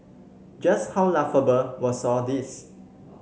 just how laughable was all this